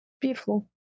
Beautiful